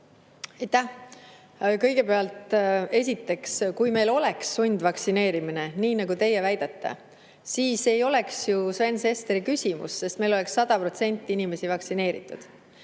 Kõigepealt, esiteks, kui meil oleks sundvaktsineerimine, nii nagu teie väidate, siis ei oleks ju Sven Sesteril küsimustki, sest meil oleks 100% inimesi vaktsineeritud.